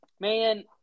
man –